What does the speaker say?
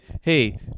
hey